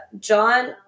John